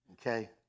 okay